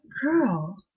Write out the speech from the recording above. girl